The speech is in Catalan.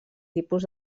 tipus